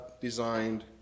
designed